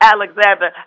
Alexander